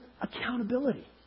accountability